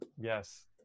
Yes